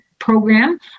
program